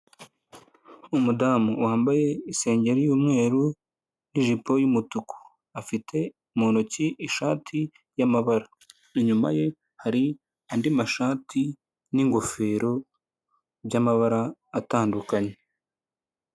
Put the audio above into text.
Umudamu wambaye isengeri y'umweru n'ijipo y'umutuku, afite mu ntoki ishati y'amabara, inyuma ye hari andi mashati n'ingofero by'amabara atandukanye.